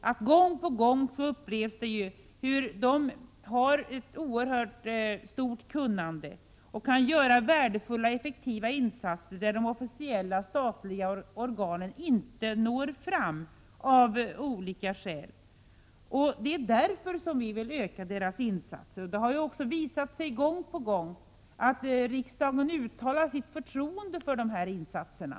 att man gång på gång upplever hur de enskilda organisationerna har ett mycket stort kunnande och kan göra värdefulla effektiva insatser, där de officiella statliga organen av olika skäl inte når fram. Det är därför vi vill att de enskilda organisationernas insatser skall kunna öka. Riksdagen har gång på gång uttalat sitt förtroende för dessa insatser.